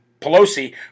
Pelosi